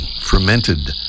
fermented